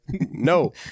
No